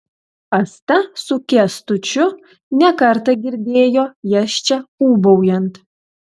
asta su kęstučiu ne kartą girdėjo jas čia ūbaujant